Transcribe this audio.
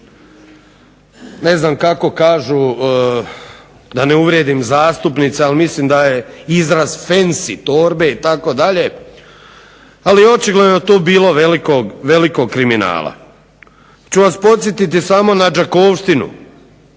ne znam kako kažu da ne uvrijedim zastupnice ali mislim da je izraz fensi torbe itd. Ali očigledno je tu bilo velikog kriminala. Ću vas podsjetiti samo na Đakovštinu.